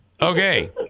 okay